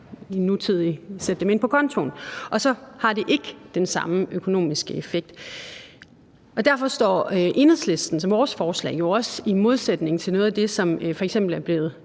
nutidigt sagt sætte dem ind på kontoen, og så har det ikke den samme økonomiske effekt. Derfor står Enhedslisten med vores forslag jo også i modsætning til noget af det, som f.eks. er blevet